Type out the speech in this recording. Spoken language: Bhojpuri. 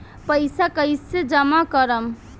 पैसा कईसे जामा करम?